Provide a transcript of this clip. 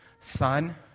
Son